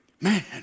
man